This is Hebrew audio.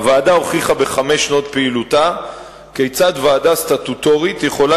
הוועדה הוכיחה בחמש שנות פעילותה כיצד ועדה סטטוטורית יכולה